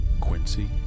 Quincy